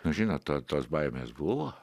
nu žinot to tos baimės buvo